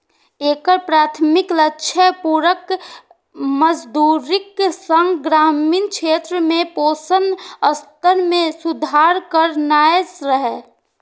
एकर प्राथमिक लक्ष्य पूरक मजदूरीक संग ग्रामीण क्षेत्र में पोषण स्तर मे सुधार करनाय रहै